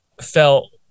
felt